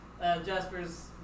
Jasper's